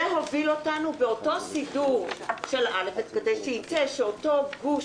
זה הוביל אותנו באותו סידור שייצא שאותו גוש